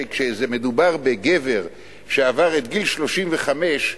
כשמדובר בגבר שעבר את גיל 35,